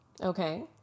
Okay